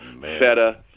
feta